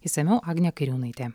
išsamiau agnė kairiūnaitė